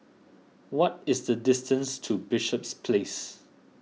what is the distance to Bishops Place